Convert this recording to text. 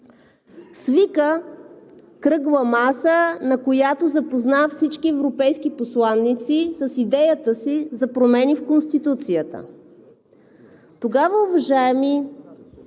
свика кръгла маса, на която запозна всички европейски посланици с идеята си за промени в Конституцията. Тогава, уважаеми,